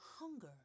Hunger